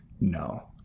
no